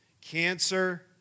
cancer